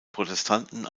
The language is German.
protestanten